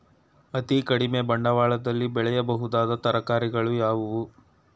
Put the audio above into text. ಅತೀ ಕಡಿಮೆ ಬಂಡವಾಳದಲ್ಲಿ ಬೆಳೆಯಬಹುದಾದ ತರಕಾರಿಗಳು ಯಾವುವು?